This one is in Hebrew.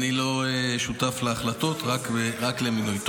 אני לא שותף להחלטות, רק למינוי.